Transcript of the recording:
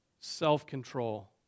self-control